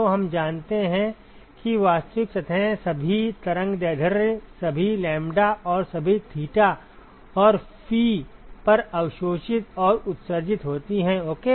तो हम जानते हैं कि वास्तविक सतहें सभी तरंग दैर्ध्य सभी लैम्ब्डा और सभी θ और फी पर अवशोषित और उत्सर्जित होती हैं ओके